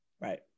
Right